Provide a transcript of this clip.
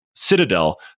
citadel